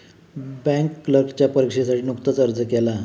bank क्लर्कच्या परीक्षेसाठी नुकताच अर्ज आला